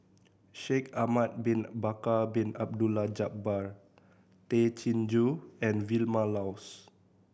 Shaikh Ahmad Bin Bakar Bin Abdullah Jabbar Tay Chin Joo and Vilma Laus